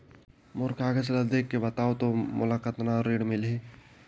मोर कागज ला देखके बताव तो मोला कतना ऋण मिलही?